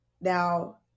Now